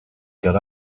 got